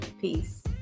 peace